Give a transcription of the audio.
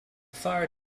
fire